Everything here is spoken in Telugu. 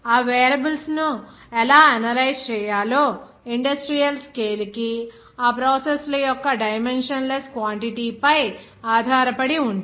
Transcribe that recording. ఆ వేరియబుల్స్ ను ఎలా అనలైజ్ చేయాలో ఇండస్ట్రియల్ స్కేల్ కి ఆ ప్రాసెస్ ల యొక్క డైమెన్షన్ లెస్ క్వాంటిటీ పై ఆధారపడి ఉంటుంది